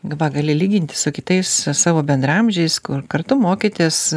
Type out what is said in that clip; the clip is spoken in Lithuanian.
va gali lygintis su kitais savo bendraamžiais kur kartu mokėtės